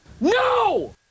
no